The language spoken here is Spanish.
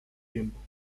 tiempo